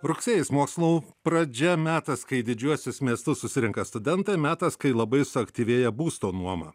rugsėjis mokslų pradžia metas kai į didžiuosius miestus susirenka studentai metas kai labai suaktyvėja būsto nuoma